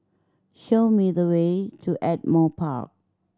show me the way to Ardmore Park